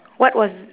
what was